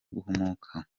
guhumuka